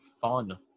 fun